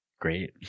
great